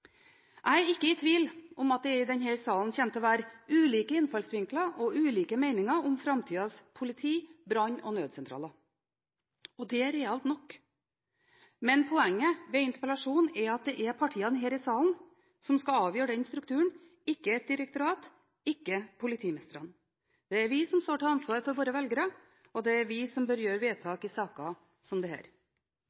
Jeg er ikke i tvil om at det i denne salen kommer til å være ulike innfallsvinkler og ulike meninger om framtidas politi, brannvesen og nødsentraler. Det er realt nok. Men poenget med interpellasjonen er at det er partiene her i salen som skal avgjøre den strukturen, ikke et direktorat, ikke politimestrene. Det er vi som står til ansvar overfor våre velgere, og det er vi som bør